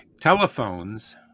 telephones